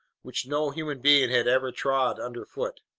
which no human being had ever trod underfoot.